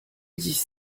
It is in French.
dix